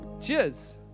Cheers